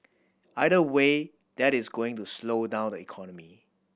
either way that is going to slow down the economy